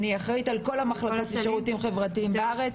אני אחראית על כל המחלקות לשירותים חברתיים בארץ.